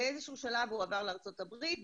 באיזשהו שלב הוא עבר לארצות הברית.